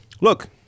Look